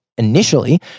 initially